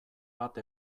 bat